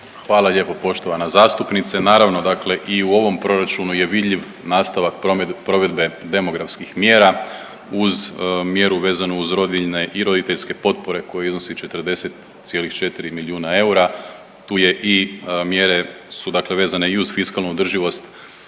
Hvala lijepo poštovana zastupnice. Naravno dakle i u ovom proračunu je vidljiv nastavak provedbe demografskih mjera. Uz mjeru vezanu uz rodiljne i roditeljske potpore koja iznosi 40,4 milijuna eura. Tu je i mjere su, dakle vezane i uz fiskalnu održivost